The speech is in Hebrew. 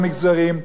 גם יהודים,